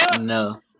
No